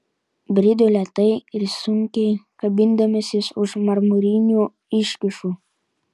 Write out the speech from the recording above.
brido lėtai ir sunkiai kabindamasis už marmurinių iškyšų